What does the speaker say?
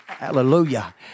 Hallelujah